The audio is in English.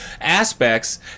aspects